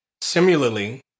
Similarly